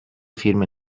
firme